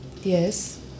Yes